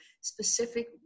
specific